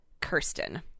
Kirsten